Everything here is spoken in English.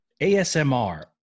ASMR